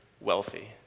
wealthy